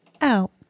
out